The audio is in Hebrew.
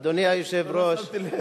אדוני היושב-ראש,